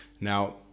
Now